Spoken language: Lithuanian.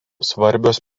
svarbios